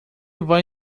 vai